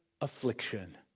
affliction